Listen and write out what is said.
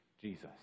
Jesus